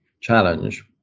challenge